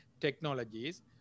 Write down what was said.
technologies